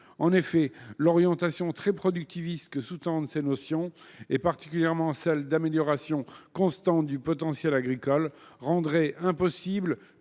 En effet, l’orientation très productiviste que sous tendent ces notions, particulièrement celle d’une « amélioration constante » du « potentiel agricole », rendrait impossible